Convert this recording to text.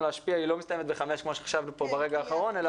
להשפיע לא מסתיימת בשעה 17:00 כמו שחשבנו פה ברגע האחרון.